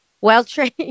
well-trained